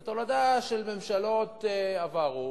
זו תולדה של ממשלות עברו,